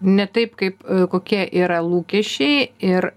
ne taip kaip kokie yra lūkesčiai ir